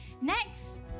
Next